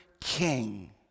king